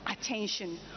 attention